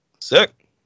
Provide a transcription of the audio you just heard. Sick